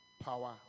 power